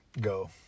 go